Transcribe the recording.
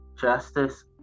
justice